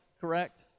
correct